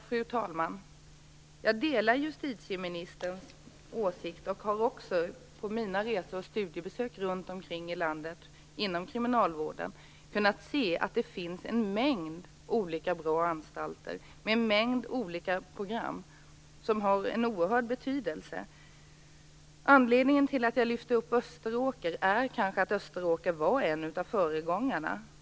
Fru talman! Jag delar justitieministerns åsikt. Jag har också på mina resor och studiebesök runt om i landet inom kriminalvården kunnat se att det finns en mängd bra anstalter med en mängd program som har en oerhörd betydelse. Anledningen till att jag lyfter upp Österåker är kanske att Österåker var en av föregångarna.